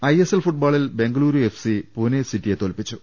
ISL ഫുട്ബോളിൽ Bengaluru FC Pune സിറ്റിയെ തോൽപ്പിച്ചു